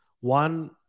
one